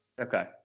Okay